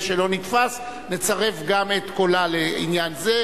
הם לא מעלים על הדעת להשתמש בטלפון סלולרי,